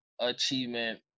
achievement